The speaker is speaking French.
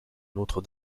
notre